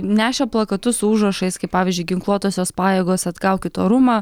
nešė plakatus su užrašais kaip pavyzdžiui ginkluotosios pajėgos atgaukit orumą